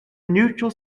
neutral